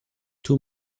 two